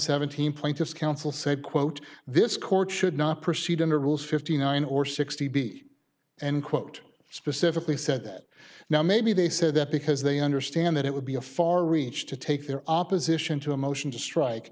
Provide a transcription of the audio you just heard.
seventeen plaintiff's counsel said quote this court should not proceed under rules fifty nine or sixty b and quote specifically said that now maybe they said that because they understand that it would be a far reach to take their opposition to a motion to strike